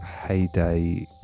heyday